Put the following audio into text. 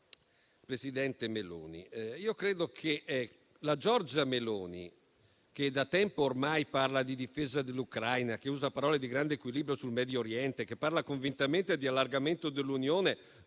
Presidente Meloni, credo che la Giorgia Meloni che da tempo ormai parla di difesa dell'Ucraina, che usa parole di grande equilibrio sul Medio Oriente, che parla convintamente di allargamento dell'Unione,